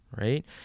right